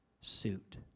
suit